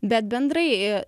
bet bendrai